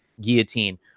guillotine